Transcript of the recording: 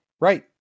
Right